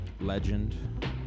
legend